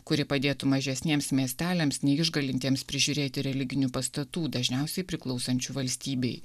kuri padėtų mažesniems miesteliams neišgalintiems prižiūrėti religinių pastatų dažniausiai priklausančių valstybei